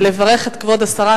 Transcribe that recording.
לברך את כבוד השרה,